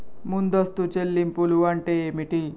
ముందస్తు చెల్లింపులు అంటే ఏమిటి?